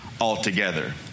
altogether